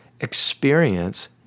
experience